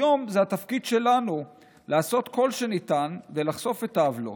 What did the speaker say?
היום זה התפקיד שלנו לעשות כל שניתן כדי לחשוף את העוולות.